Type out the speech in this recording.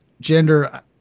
gender